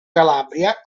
calabria